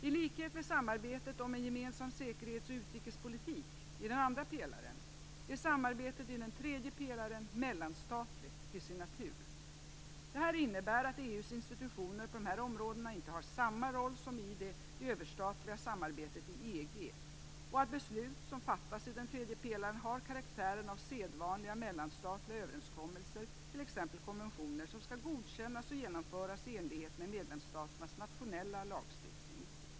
I likhet med samarbetet om en gemensam säkerhets och utrikespolitik i den andra pelaren är samarbetet i den tredje pelaren mellanstatligt till sin natur. Detta innebär att EU:s institutioner på dessa områden inte har samma roll som i det överstatliga samarbetet i EG, och att beslut som fattas i den tredje pelaren har karaktären av sedvanliga mellanstatliga överenskommelser, t.ex. konventioner, som skall godkännas och genomföras i enlighet med medlemsstaternas nationella lagstiftning.